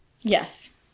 Yes